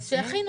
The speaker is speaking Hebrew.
אז שיכינו.